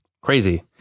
crazy